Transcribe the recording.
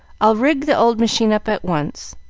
i'll rig the old machine up at once.